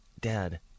Dad